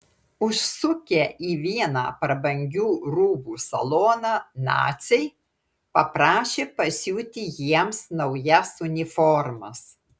užsukę į vieną prabangių rūbų saloną naciai paprašė pasiūti jiems naujas uniformas